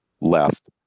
left